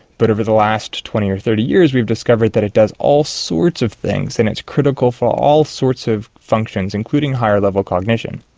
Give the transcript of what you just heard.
but over the last twenty or thirty years we've discovered that it does all sorts of things and is critical for all sorts of functions, including higher level cognition.